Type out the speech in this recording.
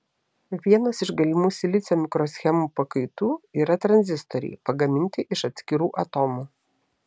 vienas iš galimų silicio mikroschemų pakaitų yra tranzistoriai pagaminti iš atskirų atomų